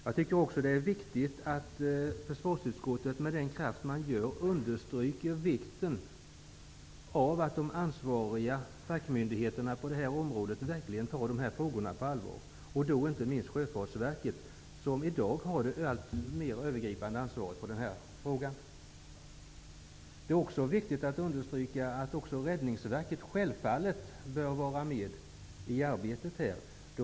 Jag tycker också att det är väsentligt att försvarsutskottet med kraft understryker vikten av att de ansvariga fackmyndigheterna på området verkligen tar frågorna på allvar. Det gäller inte minst Sjöfartsverket, som i dag har det övergripande ansvaret i denna fråga. Det är också viktigt att understryka att Räddningsverket naturligtvis bör vara med i arbetet.